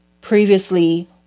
previously